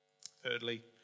Thirdly